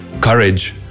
Courage